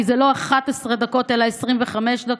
כי זה לא 11 דקות אלא 25 דקות?